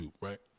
right